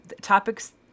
topics